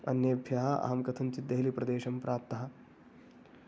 अन्येभ्यः अहं कथञ्चित् देहलीप्रदेशं प्राप्तः